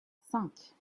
cinq